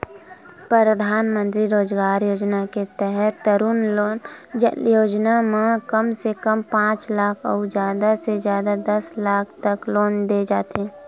परधानमंतरी रोजगार योजना के तहत तरून लोन योजना म कम से कम पांच लाख अउ जादा ले जादा दस लाख तक के लोन दे जाथे